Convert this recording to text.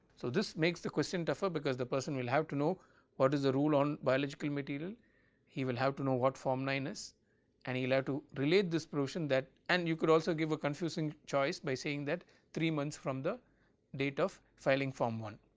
so, this makes the question tougher because the person will have to know what is the rule on biological material he will have to know what form nine is and he will have to relate this provision that and you could also give a confusing choice by saying that three months from the date of filing form one